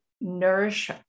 nourish